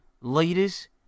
Leaders